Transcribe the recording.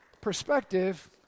perspective